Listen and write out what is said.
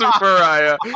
Mariah